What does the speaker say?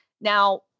Now